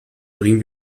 bring